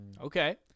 Okay